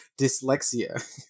Dyslexia